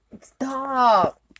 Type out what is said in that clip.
Stop